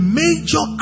major